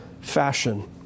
fashion